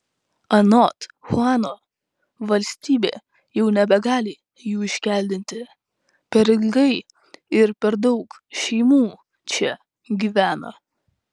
anot chuano valstybė jau nebegali jų iškeldinti per ilgai ir per daug šeimų čia gyvena